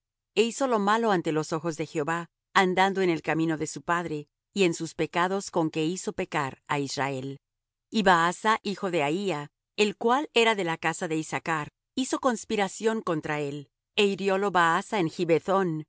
e hizo lo malo ante los ojos de jehová andando en el camino de su padre y en sus pecados con que hizo pecar á israel y baasa hijo de ahía el cual era de la casa de issachr hizo conspiración contra él é hiriólo baasa en